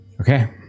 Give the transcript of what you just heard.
Okay